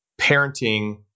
parenting